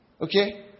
Okay